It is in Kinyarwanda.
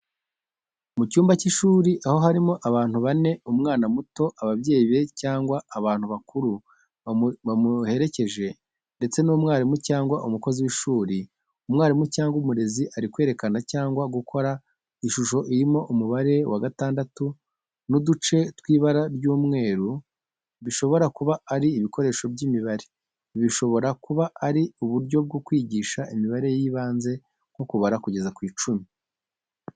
Mu cyumba cy’ishuri, aho harimo abantu bane, umwana muto, ababyeyi be cyangwa abantu bakuru bamuherekeje ndetse n’umwarimu cyangwa umukozi w’ishuri. Umwarimu cyangwa umurezi ari kwerekana cyangwa gukora ishusho irimo umubare wa gatandatu n’uduce tw’ibara ry’umweru bishobora kuba ari ibikoresho by’imibare. Ibi bishobora kuba ari uburyo bwo kwigisha imibare y’ibanze nko kubara kugeza ku icumi.